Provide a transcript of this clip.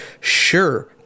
Sure